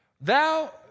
thou